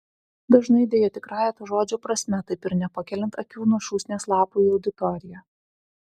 dažnai deja tikrąja to žodžio prasme taip ir nepakeliant akių nuo šūsnies lapų į auditoriją